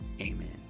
amen